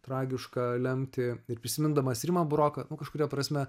tragišką lemtį ir prisimindamas rimą buroką na kažkuria prasme